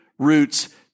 roots